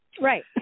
right